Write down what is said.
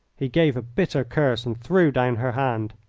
he gave a bitter curse and threw down her hand.